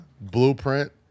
Blueprint